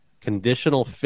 conditional